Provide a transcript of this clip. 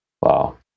Wow